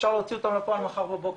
אפשר להוציא אותן לפועל מחר בבוקר,